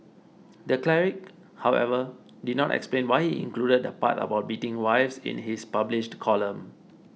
the cleric however did not explain why he included the part about beating wives in his published column